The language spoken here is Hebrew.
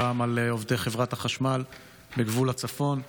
הפעם על עובדי חברת החשמל בגבול הצפון.